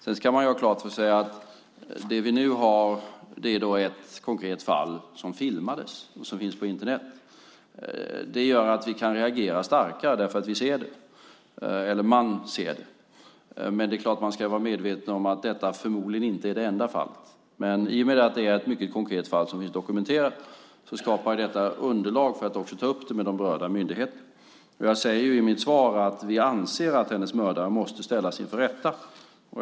Sedan ska man också ha klart för sig att vi nu har ett konkret fall som filmades och finns på Internet. Det gör att vi kan reagera starkare eftersom vi ser det - eller man ser det. Man ska naturligtvis vara medveten om att detta förmodligen inte är det enda fallet, men i och med att det är ett mycket konkret fall som finns dokumenterat skapar det underlag för att ta upp det med de berörda myndigheterna. Jag säger i mitt svar att vi anser att hennes mördare måste ställas inför rätta.